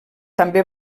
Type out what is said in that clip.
també